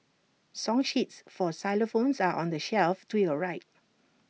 song sheets for xylophones are on the shelf to your right